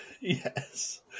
yes